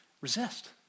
Resist